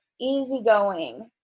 easygoing